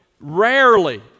rarely